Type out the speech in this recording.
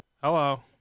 Hello